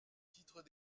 titre